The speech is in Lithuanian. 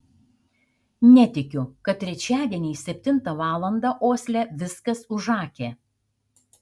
netikiu kad trečiadieniais septintą valandą osle viskas užakę